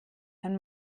wenn